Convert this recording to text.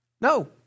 No